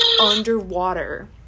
underwater